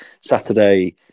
Saturday